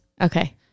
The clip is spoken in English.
Okay